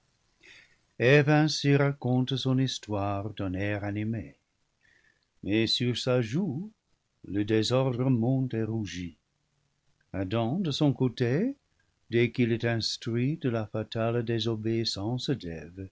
eve ainsi raconte son histoire d'un air animé mais sur sa joue le désordre monte et rougit adam de son côté dès qu'il est instruit de la fatale désobéissance